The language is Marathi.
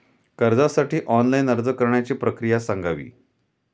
कर्जासाठी ऑनलाइन अर्ज करण्याची प्रक्रिया सांगावी